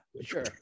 sure